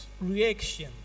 reaction